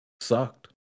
sucked